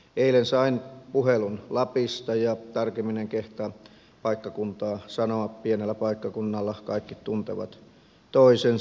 eilen sain puhelun lapista tarkemmin en kehtaa paikkakuntaa sanoa pienellä paikkakunnalla kaikki tuntevat toisensa